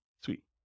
Sweet